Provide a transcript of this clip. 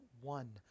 one